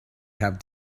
have